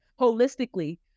holistically